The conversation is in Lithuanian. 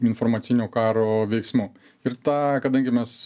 informacinio karo veiksmų ir tą kadangi mes